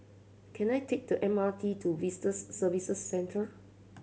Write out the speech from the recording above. can I take the M R T to Visitors Services Centre